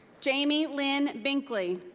jaime lynn binkley.